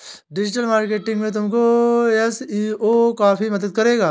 digital marketing में तुमको SEO काफी मदद करेगा